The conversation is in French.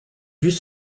vues